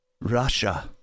Russia